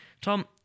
Tom